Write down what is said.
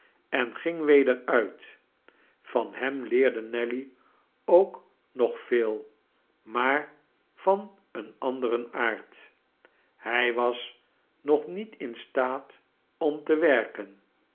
en ging weder uit van hem leerde nelly ook nog veel maar van een anderen aard hij was nog niet in staat om te werken